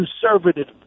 conservative